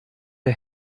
der